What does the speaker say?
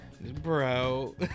Bro